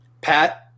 Pat